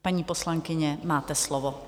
Paní poslankyně, máte slovo.